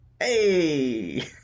Hey